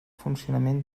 funcionament